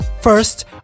first